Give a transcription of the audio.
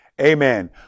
amen